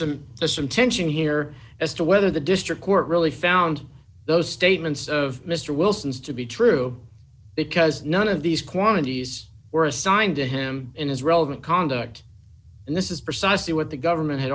some there's some tension here as to whether the district court really found those statements of mr wilson's to be true because none of these quantities were assigned to him in his relevant conduct and this is precisely what the government had